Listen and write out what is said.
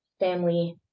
Family